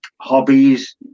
hobbies